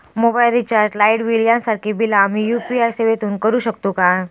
Mobile recharge, light bill यांसारखी बिला आम्ही यू.पी.आय सेवेतून करू शकतू काय?